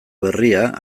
berria